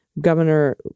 Governor